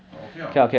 but okay lah